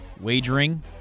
wagering